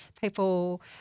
People